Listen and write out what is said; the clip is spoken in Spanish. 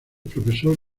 profesor